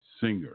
singer